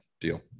deal